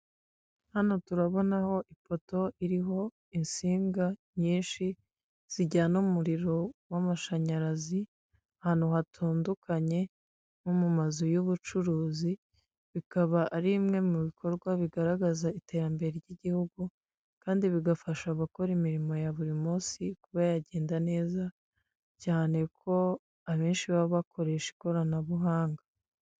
Hano turabonaho ifoto iriho insinga nyinshi zijyana umuriro w'amashanyarazi ahantu hatandukanye, nko mu mazu y'ubucuruzi, bikaba ari imwe mu bikorwa bigaragaza iterambere ry'igihugu kandi bigafasha gukora imirimo ya buri munsi kuba yagenda neza cyane, kuko abenshi baba bakoresha ikoranabuhanga.